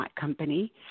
Company